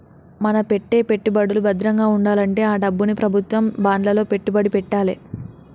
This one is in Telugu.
మన పెట్టే పెట్టుబడులు భద్రంగా వుండాలంటే ఆ డబ్బుని ప్రభుత్వం బాండ్లలో పెట్టుబడి పెట్టాలే